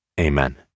Amen